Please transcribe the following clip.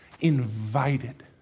invited